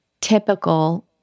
typical